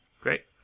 Great